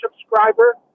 subscriber